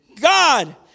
God